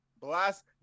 Blast